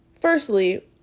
Firstly